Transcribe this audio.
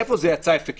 איפה זה היה אפקטיבי?